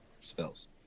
spells